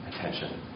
attention